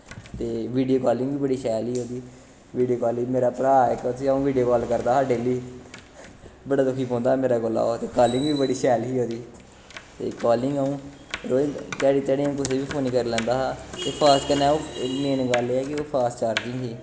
ते video calling बी बड़ी शैल ही ओह्दी वीडियो काल मेरा भ्राऽ ऐ इक उसी अऊं वीडियो काल करदा हा डेली बड़ा दुखी पौंदा हा मेरे कोला ते ओह् गल्ल बी बड़ी शैल ही ओह्दी ते कालिंग अ'ऊं रोज़ ध्याड़ी ध्याड़ी अ'ऊं कुसै गी बी फोन करी लैंदा हा ते फास्ट कन्नै ओह् मेन गल्ल ऐ कि ओह् फास्ट चार्जिंग ही